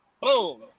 boom